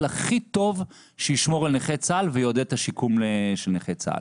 הכי טוב שישמור על נכי צה"ל ויעודד את השיקום של נכי צה"ל.